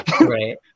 Right